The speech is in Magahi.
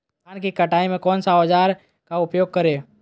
धान की कटाई में कौन सा औजार का उपयोग करे?